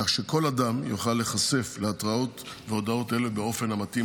כך שכל אדם יוכל להיחשף להתרעות ולהודעות אלה באופן המתאים